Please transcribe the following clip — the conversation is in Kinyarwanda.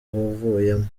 wavuyemo